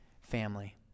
family